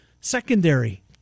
Secondary